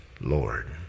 Lord